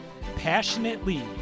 passionately